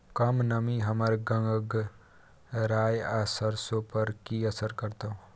कम नमी हमर गंगराय आ सरसो पर की असर करतै?